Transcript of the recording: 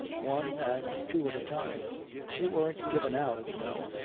one and two at a time they weren't given out, you know,